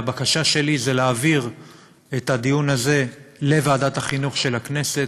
הבקשה שלי היא להעביר את הדיון הזה לוועדת החינוך של הכנסת,